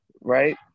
Right